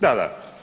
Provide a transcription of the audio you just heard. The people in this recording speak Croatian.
Da, da.